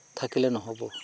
থাকিলে নহ'ব